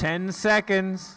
ten seconds